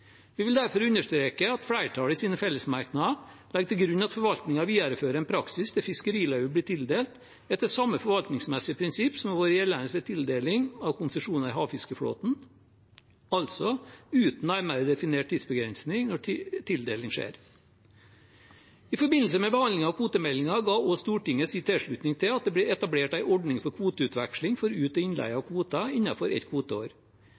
Vi vil derfor understreke at flertallet i sine fellesmerknader legger til grunn at forvaltningen viderefører en praksis der fiskeriløyve blir tildelt etter samme forvaltningsmessige prinsipp som har vært gjeldende ved tildeling av konsesjoner i havfiskeflåten, altså uten nærmere definert tidsbegrensning når tildeling skjer. I forbindelse med behandlingen av kvotemeldingen ga Stortinget sin tilslutning til at det ble etablert en ordning for kvoteutveksling for ut- og innleie av kvoter innenfor ett kvoteår.